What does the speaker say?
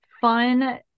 fun